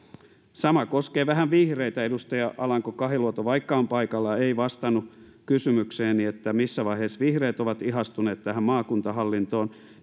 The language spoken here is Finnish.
sama koskee vähän vihreitä edustaja alanko kahiluoto vaikka on paikalla ei vastannut kysymykseeni että missä vaiheessa vihreät ovat ihastuneet tähän maakuntahallintoon